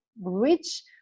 rich